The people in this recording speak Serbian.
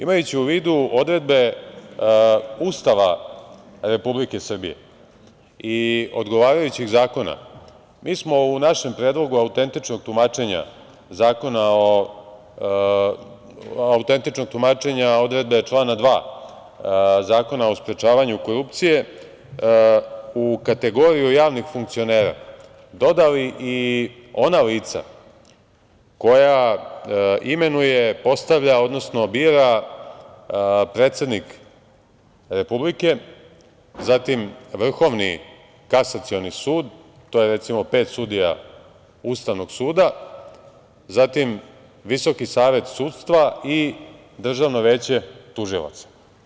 Imajući u vidu odredbe Ustava Republike Srbije i odgovarajućih zakona, mi smo u našem Predlogu autentičnog tumačenja odredbe člana 2. Zakona o sprečavanju korupcije u kategoriju javnih funkcionera dodali i ona lica koja imenuje, postavlja, odnosno bira predsednik Republike, zatim Vrhovni kasacioni sud, to je, recimo, pet sudija Ustavnog suda, zatim Visoki savet sudstva i Državno veće tužilaca.